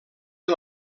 que